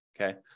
okay